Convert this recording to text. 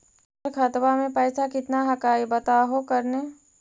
हमर खतवा में पैसा कितना हकाई बताहो करने?